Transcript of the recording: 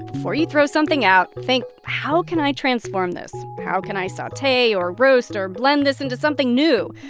before you throw something out, think how can i transform this? how can i saute or roast or blend this into something new?